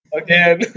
again